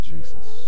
Jesus